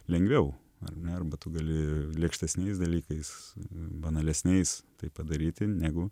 lengviau ar ne arba tu gali lėkštesniais dalykais banalesniais tai padaryti negu